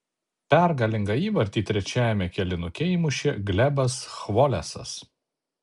pergalingą įvartį trečiajame kėlinuke įmušė glebas chvolesas